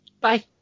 Bye